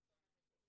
זה השלטון המקומי.